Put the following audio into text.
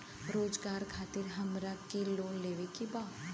रोजगार खातीर हमरा के लोन लेवे के बा?